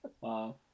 Wow